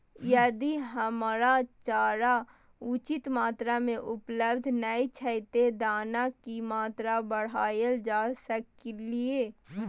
यदि हरा चारा उचित मात्रा में उपलब्ध नय छै ते दाना की मात्रा बढायल जा सकलिए?